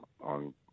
on